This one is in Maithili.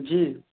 जी